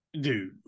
dude